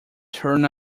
turn